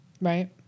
Right